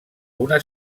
una